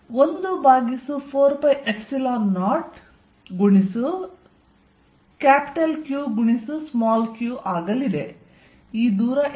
ಆದ್ದರಿಂದ F1 ಎಂಬುದು 14π0 Qq ಆಗಲಿದೆ ಈ ದೂರ ಎಷ್ಟು